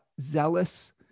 zealous